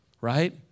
right